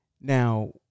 Now